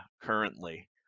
currently